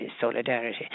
solidarity